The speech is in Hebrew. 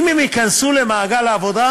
אם הם ייכנסו למעגל העבודה,